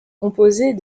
composée